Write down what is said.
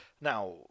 Now